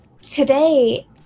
today